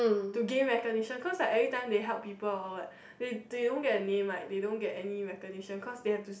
to gain recognition cause like everytime they help people or what they they don't get a name like they don't get any recognition cause they have to